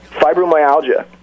fibromyalgia